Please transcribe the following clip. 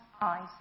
eyes